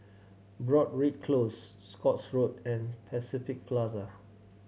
Broadrick Close Scotts Road and Pacific Plaza